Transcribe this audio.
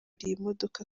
imodoka